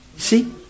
See